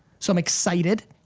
so i'm excited.